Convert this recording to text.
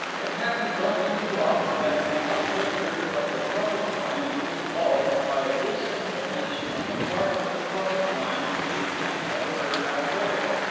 it happens only too often that the uplifter of the public mind is baulked by a disinclination on the part of the public mind to meet him or her half-way.